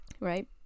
right